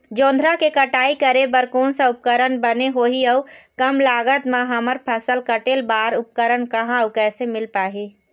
जोंधरा के कटाई करें बर कोन सा उपकरण बने होही अऊ कम लागत मा हमर फसल कटेल बार उपकरण कहा अउ कैसे मील पाही?